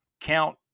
count